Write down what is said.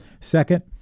Second